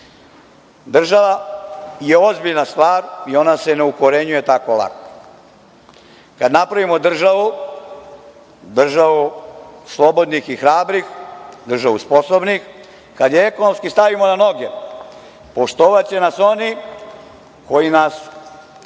Država je ozbiljna stvar i ona se ne ukorenjuje tako lako. Kada napravimo državu, državu slobodnih i hrabrih, državu sposobnih, kada je ekonomski stavimo na noge, poštovaće nas oni koji nas